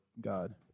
God